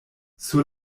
sur